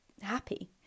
happy